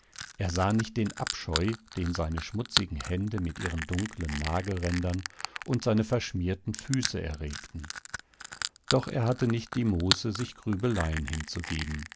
er sah nicht den abscheu den seine schmutzigen hände mit ihren dunklen nagelrändern und seine verschmierten füße erregten doch er hatte nicht die muße sich grübeleien hinzugeben